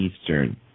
Eastern